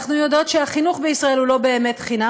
אנחנו יודעות שהחינוך בישראל הוא לא באמת חינם,